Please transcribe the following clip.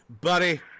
Buddy